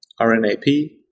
RNAP